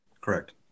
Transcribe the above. Correct